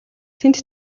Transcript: тэнд